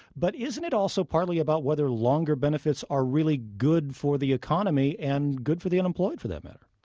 but isn't it also partly about whether longer benefits are really good for the economy and good for the unemployed for that matter?